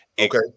Okay